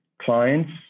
clients